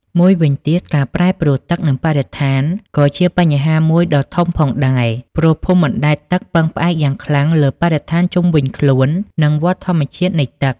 មួយវិញទៀត ការប្រែប្រួលទឹក និងបរិស្ថាន ក៏ជាបញ្ហាមួយដ៏ធំផងដែរ ព្រោះភូមិបណ្តែតទឹកពឹងផ្អែកយ៉ាងខ្លាំងលើបរិស្ថានជុំវិញខ្លួន និងវដ្តធម្មជាតិនៃទឹក។